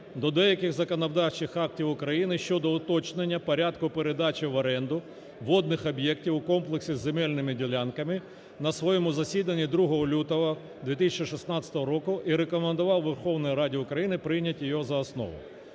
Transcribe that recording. до деяких законодавчих актів України щодо уточнення порядку передачі в оренду водних об'єктів у комплексі із земельними ділянками на своєму засіданні 2 лютого 2016 року і рекомендував Верховній Раді України прийняти його за основу.